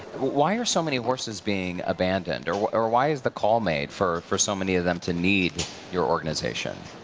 why are so many horses being abandoned or or why is the call made for for so many of them to need your organization?